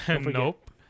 Nope